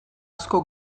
asko